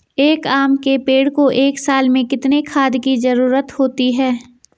एक आम के पेड़ को एक साल में कितने खाद की जरूरत होती है?